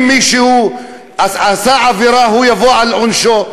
ואם מישהו עשה עבירה הוא יבוא על עונשו.